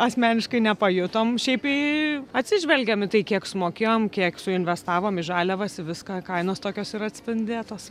asmeniškai nepajutom šiaip į atsižvelgiame į tai kiek sumokėjome kiek suinvestavom į žaliavas į viską kainos tokios ir atspindėtos